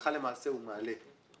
הלכה למעשה הוא מעלה.